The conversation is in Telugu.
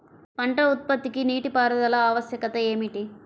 పంట ఉత్పత్తికి నీటిపారుదల ఆవశ్యకత ఏమిటీ?